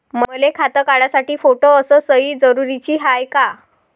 मले खातं काढासाठी फोटो अस सयी जरुरीची हाय का?